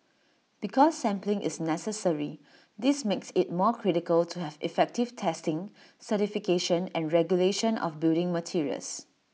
because sampling is necessary this makes IT more critical to have effective testing certification and regulation of building materials